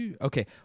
Okay